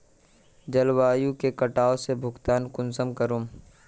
जलवायु के कटाव से भुगतान कुंसम करूम?